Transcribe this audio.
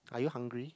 are you hungry